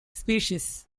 species